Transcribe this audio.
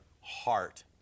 heart